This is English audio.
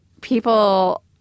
people